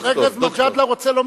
דוקטור.